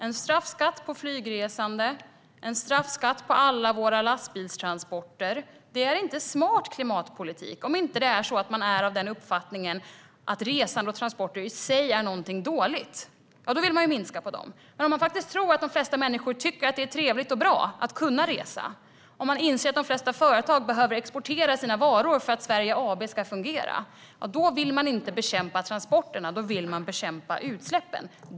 En straffskatt på flygresande och en straffskatt på alla våra lastbilstransporter är inte en smart klimatpolitik om man inte är av uppfattningen att resande och transporter i sig är någonting dåligt - då vill man ju minska på dem. Men om man faktiskt tror att de flesta människor tycker att det är trevligt och bra att kunna resa och om man inser att de flesta företag behöver exportera sina varor för att Sverige AB ska fungera vill man inte bekämpa transporterna. Då vill man bekämpa utsläppen.